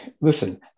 listen